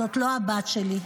זאת לא הבת שלי.